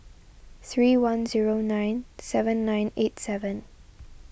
three one zero nine seven nine eight seven